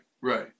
right